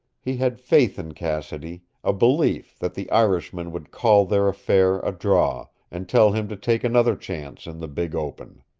he had faith in cassidy, a belief that the irishman would call their affair a draw, and tell him to take another chance in the big open.